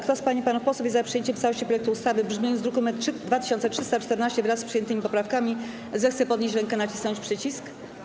Kto z pań i panów posłów jest za przyjęciem w całości projektu ustawy w brzmieniu z druku nr 2314, wraz z przyjętymi poprawkami, zechce podnieść rękę i nacisnąć przycisk.